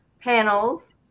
panels